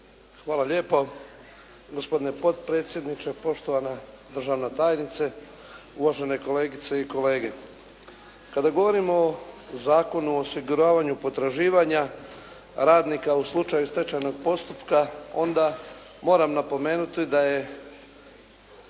Hvala lijepo. Gospodine potpredsjedniče, poštovana državna tajnice, uvažene kolegice i kolege. Kada govorio o Zakonu o osiguravanju potraživanja radnika u slučaju stečajnog postupka, onda moram napomenuti da je